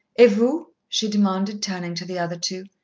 et vous? she demanded, turning to the other two.